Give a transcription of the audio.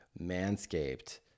Manscaped